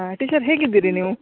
teacher ಹೇಗಿದ್ದೀರಿ ನೀವು